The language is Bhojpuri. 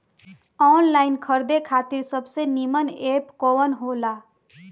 आनलाइन खरीदे खातिर सबसे नीमन एप कवन हो ला?